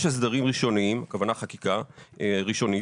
יש הסדרים ראשוניים הכוונה חקיקה ראשונית